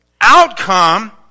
outcome